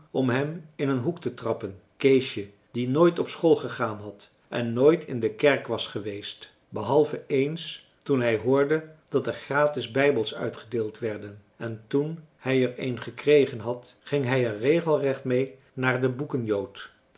om hem in een hoek te trappen keesje die nooit op school gegaan had en nooit in de kerk was geweest behalve ééns toen hij hoorde dat er gratis bijbels uitgedeeld werden en toen hij er een gekregen had ging hij er regelrecht mee naar den boekenjood